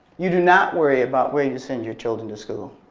you do not worry about where you send your children to school.